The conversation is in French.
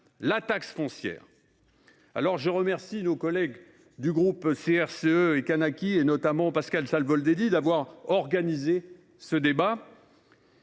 la taxe foncière ! Je tiens à remercier nos collègues du groupe CRCE-Kanaky, notamment Pascal Savoldelli, d’avoir organisé ce débat.